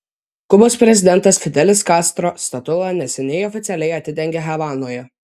kubos prezidentas fidelis kastro statulą neseniai oficialiai atidengė havanoje